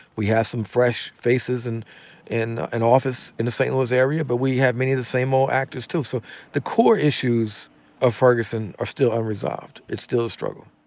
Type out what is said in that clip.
we have some fresh faces and in and office in the st. louis area, but we have many of the same old actors, too, so the core issues of ferguson are still unresolved. it's still a struggle.